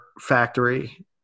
factory